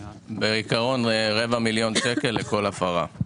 בעיקרון זה רבע מיליון שקלים לכל הפרה.